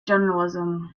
journalism